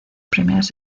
primeras